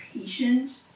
patient